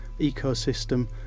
ecosystem